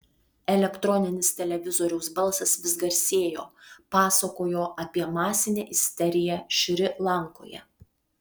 elektroninis televizoriaus balsas vis garsėjo pasakojo apie masinę isteriją šri lankoje